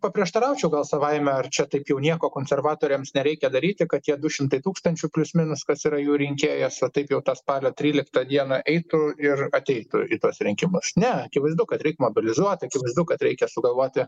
paprieštaraučiau gal savaime ar čia taip jau nieko konservatoriams nereikia daryti kad tie du šimtai tūkstančių plius minus kas yra jų rinkėjas a taip jau tą spalio tryliktą dieną eitų ir ateitų į tuos rinkimus ne akivaizdu kad reik mobilizuot akivaizdu kad reikia sugalvoti